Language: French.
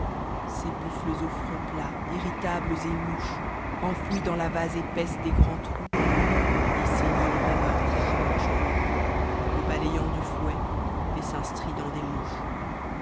bucl s an front plat irritables et louches enfouis dans la vase épaisse des grands trous et ses lions rêveurs tratuant leurs cheveux roux et balayant du fouet l'essaim strident des mouches